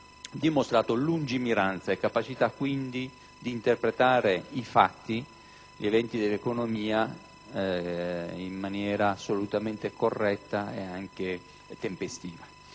dimostrato lungimiranza e capacità di interpretare i fatti e gli eventi dell'economia in maniera assolutamente corretta e tempestiva.